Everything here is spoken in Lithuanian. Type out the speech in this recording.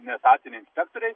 neetatiniai inspektoriai